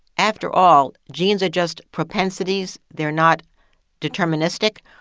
after all, genes are just propensities they're not deterministic.